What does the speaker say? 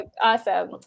awesome